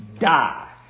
die